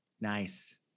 Nice